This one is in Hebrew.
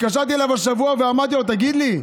התקשרתי אליו השבוע ואמרתי לו: תגיד לי,